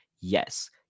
Yes